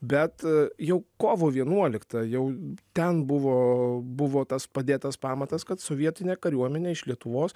bet jau kovo vienuoliktą jau ten buvo buvo tas padėtas pamatas kad sovietinė kariuomenė iš lietuvos